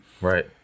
Right